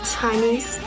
Chinese